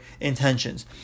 intentions